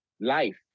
life